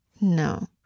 no